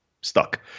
stuck